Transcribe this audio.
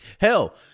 Hell